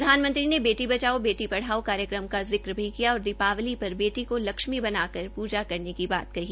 प्रधानमंत्री ने बेटी बचाओ बेटी पढ़ाओ कार्यक्रम का जिक्र भी किया और दीपावली पर बेटी को लक्ष्मी बनाकर पूजा करने की बात कही